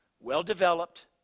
well-developed